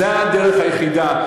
זו הדרך היחידה.